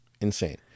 insane